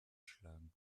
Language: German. schlagen